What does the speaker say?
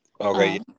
Okay